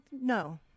no